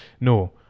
no